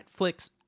Netflix